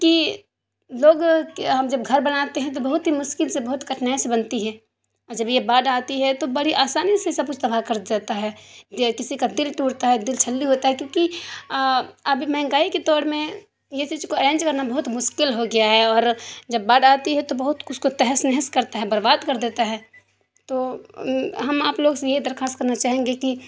کہ لوگ کہ ہم جب گھر بناتے ہیں تو بہت ہی مشکل سے بہت کٹھنائی سے بنتی ہے جب یہ باڑھ آتی ہے تو بڑی آسانی سے سب کچھ تباہ کر جاتا ہے جیسے کسی کا دل ٹوٹتا ہے دل چھلنی ہوتا ہے کیوں کہ ابھی مہنگائی کے دور میں یہ چیز کو ارینج کرنا بہت مشکل ہو گیا ہے اور جب باڑھ آتی ہے تو بہت کچھ کو تہس نہس کرتا ہے برباد کر دیتا ہے تو ہم آپ لوگوں سے یہ درخواست کرنا چاہیں گے کہ